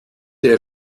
der